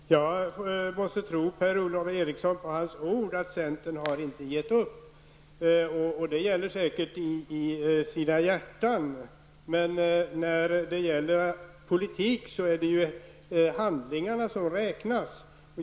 Herr talman! Jag måste tro Per-Ola Eriksson på hans ord när han säger att centern inte har gett upp. Det har man säkert inte gjort i sina hjärtan, men när det gäller politik är det handlingarna som räknas.